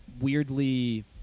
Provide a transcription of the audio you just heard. weirdly